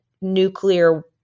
nuclear